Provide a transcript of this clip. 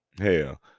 Hell